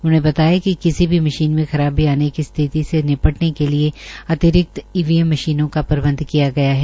उन्होंने बताया कि किसी भी मशीन में खराबी आने की स्थिति से निपटने के लिये अतिरिक्त ईवीएम मशीनों का प्रबंध किया गया है